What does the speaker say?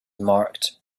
marked